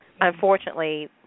unfortunately